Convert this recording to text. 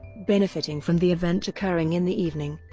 benefiting from the event occurring in the evening,